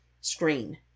Screen